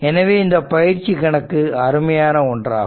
எனவே இந்த பயிற்சி கணக்கு அருமையான ஒன்றாகும்